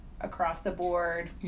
across-the-board